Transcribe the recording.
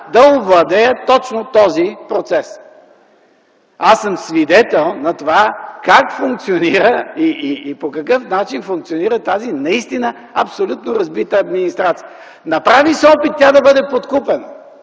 да овладеят точно този процес. Аз съм свидетел на това как функционира и по какъв начин функционира тази наистина абсолютно разбита администрация. Направи се опит тя да бъде подкупена.